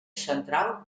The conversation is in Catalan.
central